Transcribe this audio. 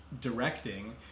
directing